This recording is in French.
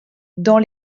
dans